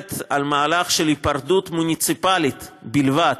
מדברת על מהלך של היפרדות מוניציפלית בלבד